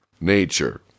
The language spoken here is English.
nature